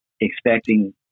expecting